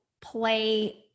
play